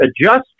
adjust